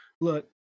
look